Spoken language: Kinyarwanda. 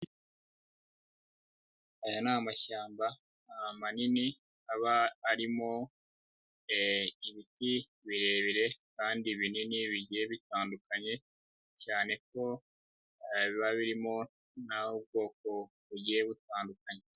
Aya ni amashyamba manini, aba arimo ibiti birebire kandi binini, bigiye bitandukanye, cyane ko biba birimo nabyo ubwoko bugiye butandukanye.